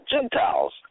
Gentiles